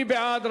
מי בעד,